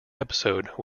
episode